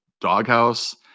doghouse